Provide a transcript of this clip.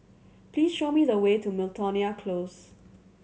please show me the way to Miltonia Close